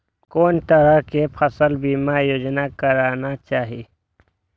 कोन तरह के फसल बीमा योजना कराना चाही?